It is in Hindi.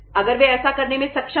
अगर वे ऐसा करने में सक्षम हैं